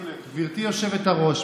גברתי היושבת-ראש,